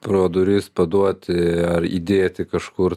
pro duris paduoti ar įdėti kažkur